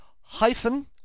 hyphen